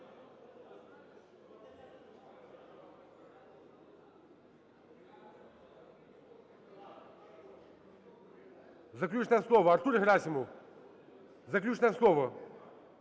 Заключне слово. Артур Герасимов – заключне слово,